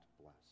bless